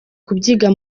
kubyiga